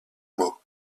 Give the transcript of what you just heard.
mots